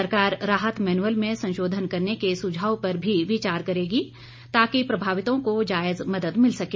सरकार राहत मैनुवल में संशोधन करने के सुझाव पर भी विचार करेगी ताकि प्रभावितों को जायज मदद मिल सके